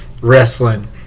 wrestling